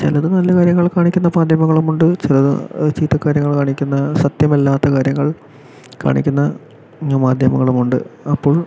ചിലത് നല്ല കാര്യങ്ങൾ കാണിക്കുന്ന മാധ്യമങ്ങളുമുണ്ട് ചിലത് ചീത്ത കാര്യങ്ങൾ കാണിക്കുന്ന സത്യമല്ലാത്ത കാര്യങ്ങൾ കാണിക്കുന്ന മാധ്യമങ്ങളുമുണ്ട് അപ്പോൾ